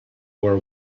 war